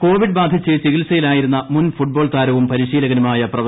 Bharathan Covid ബാധിച്ച് ചികിത്സയിലായിരുന്നിമുൻ football താരവും പരിശീലകനുമായ പ്രൊഫ